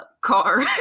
Car